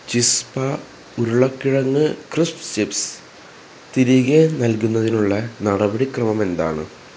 ചിസ്പ ഉരുളക്കിഴങ്ങ് crisps chips തിരികെ നൽകുന്നതിനുള്ള നടപടിക്രമം എന്താണ്